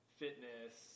fitness